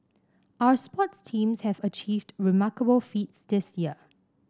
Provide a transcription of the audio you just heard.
our sports teams have achieved remarkable feats this year